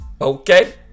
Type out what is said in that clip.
Okay